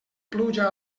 pluja